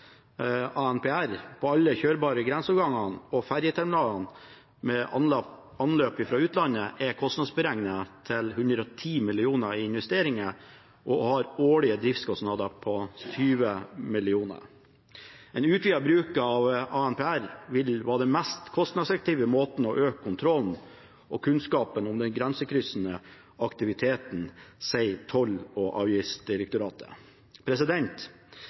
ANPR på alle kjørbare grenseoverganger og ferjeterminaler med anløp fra utlandet er kostnadsberegnet til 110 mill. kr i investeringer og vil ha årlige driftskostnader på 20 mill. kr. En utvidet bruk av ANPR vil være den mest kostnadseffektive måten å øke kontrollen og kunnskapen om den grensekryssende aktiviteten på, sier Toll- og avgiftsdirektoratet.